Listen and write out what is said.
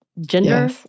Gender